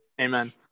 Amen